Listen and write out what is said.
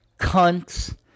cunts